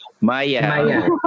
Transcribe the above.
Maya